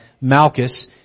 Malchus